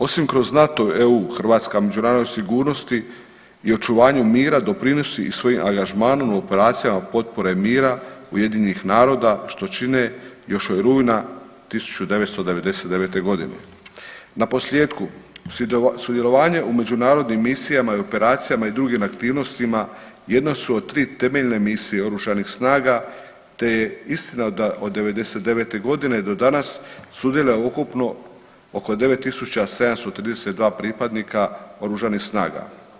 Osim kroz NATO i EU Hrvatska u međunarodnoj sigurnosti i očuvanju mira doprinosi i svojim angažmanom u operacijama potpore mira UN-a što čine još od rujna 1999.g. Naposljetku sudjelovanje u međunarodnim misijama i operacijama i drugim aktivnostima jedna su od tri temeljne misije oružanih snaga te je istina da od '99.g. do danas sudjeluje ukupno oko 9.732 pripadnika oružanih snaga.